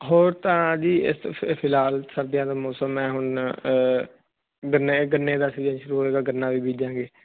ਹੋਰ ਤਾਂ ਜੀ ਫਿਲਹਾਲ ਸਰਦੀਆਂ ਦਾ ਮੌਸਮ ਹੈ ਹੁਣ ਗੰਨੇ ਦਾ ਸੀਗਾ ਗੰਨਾ ਵੀ ਬੀਜਾਂਗੇ